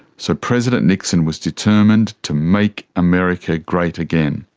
so president nixon was determined to make america great again.